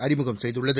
அறிமுகம் செய்துள்ளது